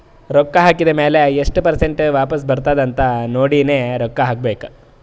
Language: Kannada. ರೊಕ್ಕಾ ಹಾಕಿದ್ ಮ್ಯಾಲ ಎಸ್ಟ್ ಪರ್ಸೆಂಟ್ ವಾಪಸ್ ಬರ್ತುದ್ ಅಂತ್ ನೋಡಿನೇ ರೊಕ್ಕಾ ಹಾಕಬೇಕ